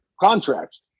contracts